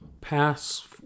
pass